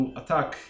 attack